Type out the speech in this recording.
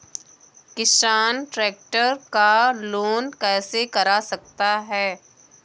किसान ट्रैक्टर का लोन कैसे करा सकता है?